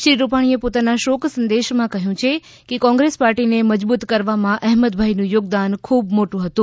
શ્રી રૂપાણીએ પોતાના શોક સંદેશમાં કહ્યું છે કે કોંગ્રેસ પાર્ટીને મજબૂત કરવામાં અહમદભાઈનું યોગદાન ખૂબ મોટું હતું